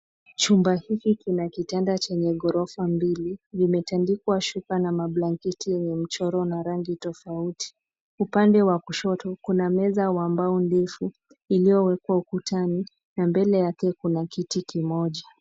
Chumba hiki kina kitanda chenye ghorofa mbili vimetandikwa shuka na mabanketi yenye michoro na rangi tofauti. Upande wa kushoto kuna meza yambao ndefu iliowekwa ukutani na mbele yake kuna kiti kimoja.